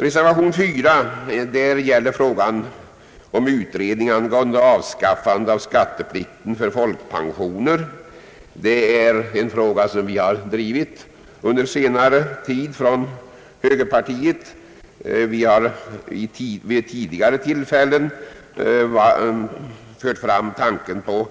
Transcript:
Reservation 4 gäller utredning angående avskaffande av skatteplikten för folkpensioner. Det är en fråga som vi från högerpartiet har drivit under senare tid. Vi har vid tidigare tillfällen fört fram tanken på